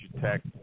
Tech